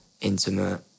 intimate